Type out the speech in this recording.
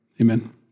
Amen